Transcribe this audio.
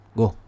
go